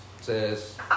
says